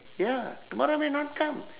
ya tomorrow may not come